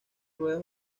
ruedas